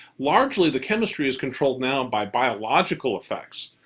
largely, the chemistry is controlled now by biological effects.